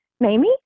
Mamie